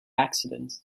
accident